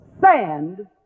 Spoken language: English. sand